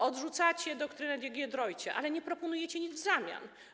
Odrzucacie doktrynę Giedroycia, ale nie proponujecie nic w zamian.